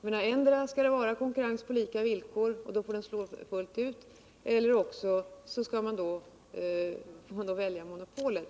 Men endera skall det vara konkurrens på lika villkor -- och då får den slå fullt ut — eller också skall man välja monopolet.